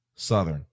Southern